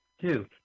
Two